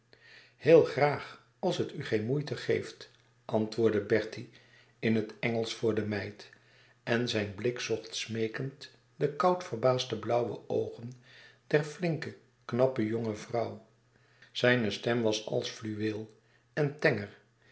heel graag als het u geen moeite geeft antwoordde bertie in het engelsch voor de meid en zijn blik zocht smeekend de koud verbaasde blauwe oogen der flinke knappe jonge vrouw zijne stem was als fluweel en tenger